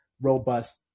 robust